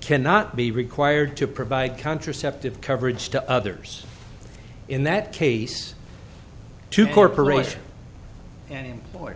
cannot be required to provide contraceptive coverage to others in that case to corporations and boy